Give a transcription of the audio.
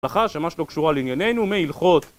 הלכה שמש לא קשורה לעניינינו מילכות